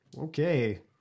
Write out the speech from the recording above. Okay